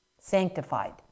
Sanctified